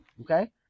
okay